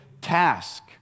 task